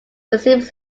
received